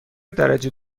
درجه